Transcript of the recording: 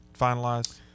finalized